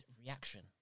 reaction